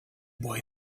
boy